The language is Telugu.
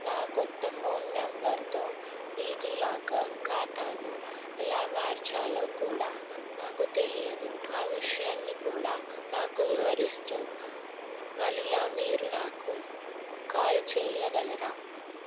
నా కొత్త ఫోన్ నంబర్ తో డీజిలాకర్ ఖాతాను ఎలా మార్చాలో కూడా నాకు తెలియదు ఆ విషయాన్ని కూడా నాకు వివరిస్తూ మరలా మీరు నాకు కాల్ చెయ్యగలరా